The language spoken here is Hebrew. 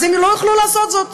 הם לא יוכלו לעשות זאת,